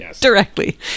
directly